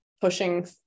pushing